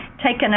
taken